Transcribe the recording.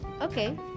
Okay